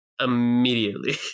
immediately